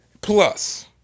Plus